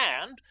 and